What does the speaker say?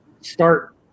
start